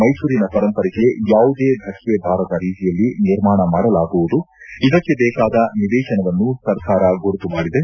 ಮೈಸೂರಿನ ಪರಂಪರೆಗೆ ಯಾವುದೇ ಧಕ್ಕೆಬಾರದ ರೀತಿಯಲ್ಲಿ ನಿರ್ಮಾಣ ಮಾಡಲಾಗುವುದು ಇದಕ್ಕೆ ಬೇಕಾದ ನಿವೇಶನವನ್ನು ಸರ್ಕಾರ ಗುರುತು ಮಾಡಿದೆ